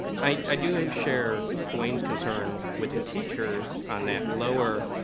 i do ah share dwayne's concern with the teachers on that lower